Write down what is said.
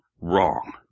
wrong